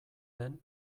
den